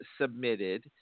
submitted